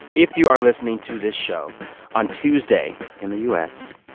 if you are listening to this show on tuesday in the u s,